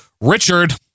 Richard